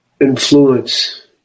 influence